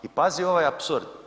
I pazi ovaj apsurd.